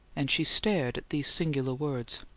and she stared at these singular words.